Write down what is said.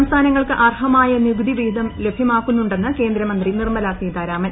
സംസ്ഥാനങ്ങൾക്ക് അർഹമായ നികുതി വിഹിതം ലഭൃമാക്കുന്നുണ്ടെന്ന് കേന്ദ്ര മന്ത്രി നിർമല സീതാരാമൻ